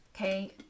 Okay